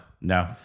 No